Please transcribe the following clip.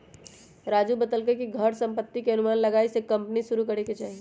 राजू बतलकई कि घर संपत्ति के अनुमान लगाईये के कम्पनी शुरू करे के चाहि